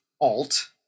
Alt